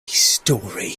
story